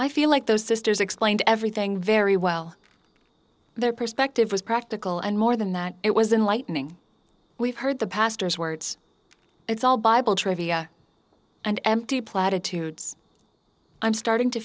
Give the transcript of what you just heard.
i feel like those sisters explained everything very well their perspective was practical and more than that it was in lightning we've heard the pastor's words it's all bible trivia and empty platitudes i'm starting to